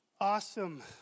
Awesome